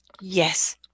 Yes